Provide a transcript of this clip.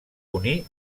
unir